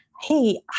hey